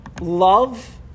love